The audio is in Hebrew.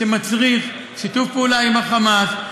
מצריך שיתוף פעולה עם ה"חמאס".